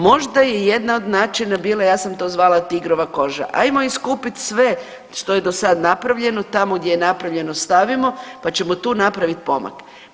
Možda je jedna od načina bila, ja sam to zvala tigrova koža, ajmo iskupit sve što je dosad napravljeno, tamo gdje je napravljeno stavimo, pa ćemo tu napravit pomak.